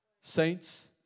Saints